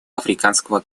африканского